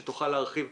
שתוכל להרחיב.